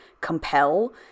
compel